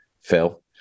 phil